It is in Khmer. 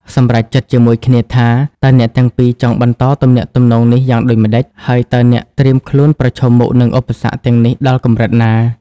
សម្រេចចិត្តជាមួយគ្នាថា តើអ្នកទាំងពីរចង់បន្តទំនាក់ទំនងនេះយ៉ាងដូចម្តេច ហើយតើអ្នកត្រៀមខ្លួនប្រឈមមុខនឹងឧបសគ្គទាំងនេះដល់កម្រិតណា។